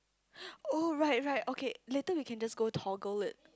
oh right right okay later we can just to toggle it